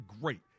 great